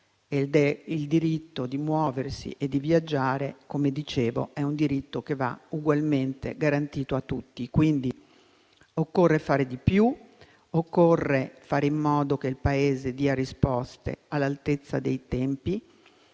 quello di muoversi e viaggiare. È un diritto che va ugualmente garantito a tutti, quindi occorre fare di più. Occorre fare in modo che il Paese dia risposte all'altezza dei tempi.